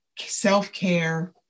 self-care